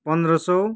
पन्ध्र सय